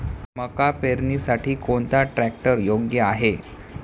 मका पेरणीसाठी कोणता ट्रॅक्टर योग्य आहे?